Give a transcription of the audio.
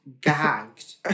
gagged